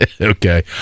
Okay